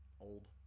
old